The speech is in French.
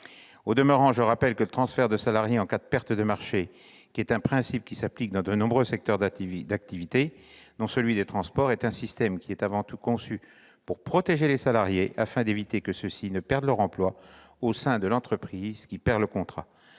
Au demeurant, je rappelle que le transfert de salariés en cas de perte de marché, qui est un principe s'appliquant dans de nombreux secteurs d'activité, dont celui des transports, est avant tout conçu pour protéger les salariés, en évitant que ceux-ci ne perdent leur emploi au sein de l'entreprise ayant perdu le contrat.